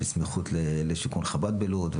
בסמיכות לשיכון חב"ד בלוד,